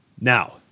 Now